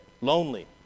lonely